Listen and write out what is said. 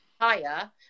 higher